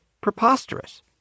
preposterous